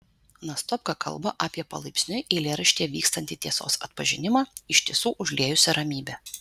nastopka kalba apie palaipsniui eilėraštyje vykstantį tiesos atpažinimą iš tiesų užliejusią ramybę